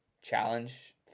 challenge